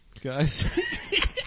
guys